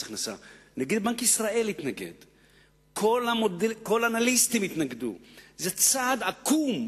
קודם הכניסו מיליארדים למדינה, זה נפל.